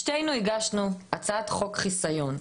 שתינו הגשנו הצעת חוק חיסיון.